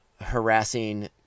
harassing